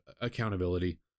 accountability